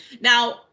Now